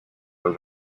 are